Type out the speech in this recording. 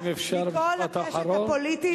אם אפשר משפט אחרון,